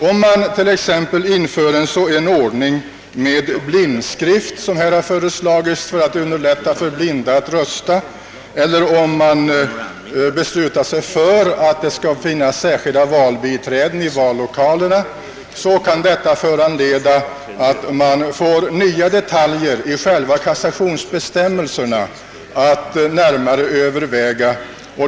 Om man t.ex., såsom nu har föreslagits, inför en ordning med användande av blindskrift på valsedlar för att underlätta för blinda att rösta eller om man beslutar att särskilda valbiträden skall finnas i vallokalerna, kan detta föranleda nya detaljer i kassationsbestämmelserna som måste närmare övervägas.